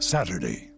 Saturday